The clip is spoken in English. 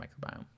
microbiome